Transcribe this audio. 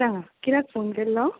सागां कित्याक फोन केल्लो